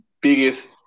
biggest